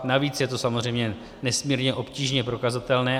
Navíc je to samozřejmě nesmírně obtížně prokazatelné.